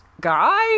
guy